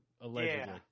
Allegedly